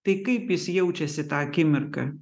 tai kaip jis jaučiasi tą akimirką